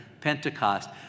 Pentecost